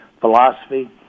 philosophy –